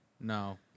No